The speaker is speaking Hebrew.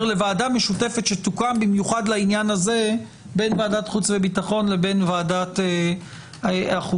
שתוקם במיוחד לעניין הזה בין ועדת חוץ וביטחון לבין ועדת החוקה.